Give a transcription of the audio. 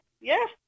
Yes